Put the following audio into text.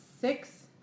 six